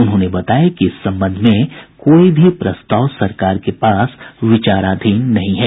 उन्होंने बताया कि इस संबंध में कोई भी प्रस्ताव सरकार के पास विचाराधीन नहीं है